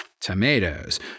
tomatoes